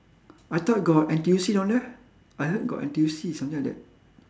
I thought got N_T_U_C down there I heard got N_T_U_C something like that